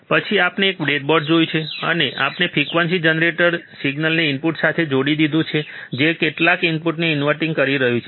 પછી આપણે એક બ્રેડબોર્ડ જોયું છે અને આપણે ફ્રીક્વન્સી જનરેટર સિગ્નલને ઇનપુટ સાથે જોડી દીધું છે જે કેટલાક ઇનપુટને ઇન્વર્ટીંગ કરી રહ્યું છે